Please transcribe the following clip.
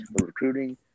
Recruiting